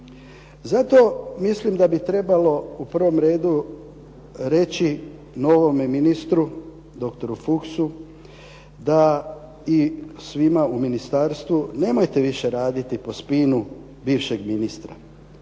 Zato mislim da bi trebalo u prvom redu reći novome ministru dr. Fuchsu da i svima u ministarstvu, nemojte više raditi po spinu bivšeg ministra.